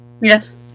Yes